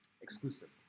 Exclusive